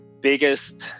biggest